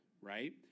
right